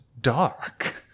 dark